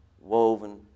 woven